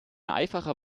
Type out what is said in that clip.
einfacher